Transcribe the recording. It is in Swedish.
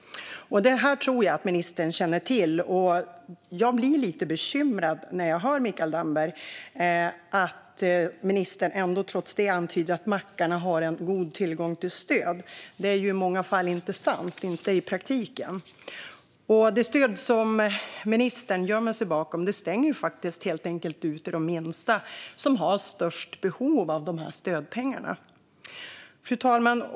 Det här tror jag att ministern känner till, och jag blir lite bekymrad när jag hör Mikael Damberg trots detta antyda att mackarna har god tillgång till stöd. Det är många gånger inte sant - inte i praktiken. Det stöd som ministern gömmer sig bakom stänger helt enkelt ute de minsta, som har störst behov av stödpengarna. Fru talman!